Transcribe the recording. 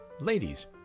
Ladies